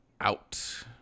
Out